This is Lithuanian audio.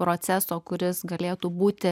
proceso kuris galėtų būti